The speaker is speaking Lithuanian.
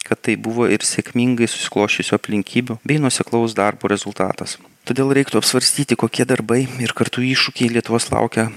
kad tai buvo ir sėkmingai susiklosčiusių aplinkybių bei nuoseklaus darbo rezultatas todėl reiktų apsvarstyti kokie darbai ir kartu iššūkiai lietuvos laukia